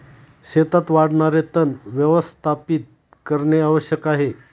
शेतात वाढणारे तण व्यवस्थापित करणे आवश्यक आहे